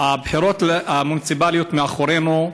הבחירות המוניציפליות מאחורינו.